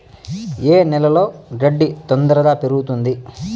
ఏ నేలలో గడ్డి తొందరగా పెరుగుతుంది